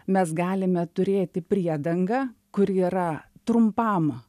mes galime turėti priedangą kuri yra trumpam